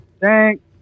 thanks